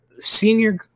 Senior